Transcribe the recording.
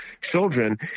children